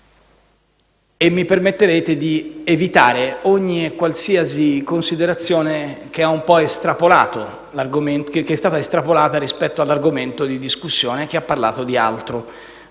Mi permetterete di evitare di soffermarmi su qualsiasi considerazione che è stata estrapolata rispetto all'argomento di discussione da parte di chi ha parlato di altro,